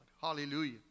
Hallelujah